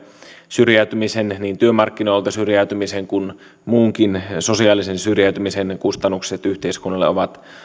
syrjäytymisen niin työmarkkinoilta syrjäytymisen kuin muunkin sosiaalisen syrjäytymisen kustannukset yhteiskunnalle ovat